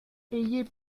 ayez